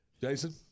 Jason